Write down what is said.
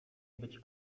być